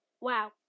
Wow